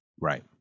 Right